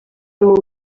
amb